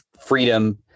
freedom